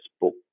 book